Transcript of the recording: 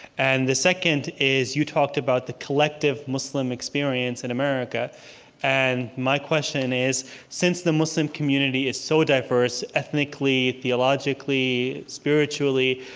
and the second is, you talked about the collective muslim experience in america and my question is since the muslim community is so diverse ethnically, theologically, spiritually,